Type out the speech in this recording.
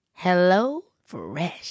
HelloFresh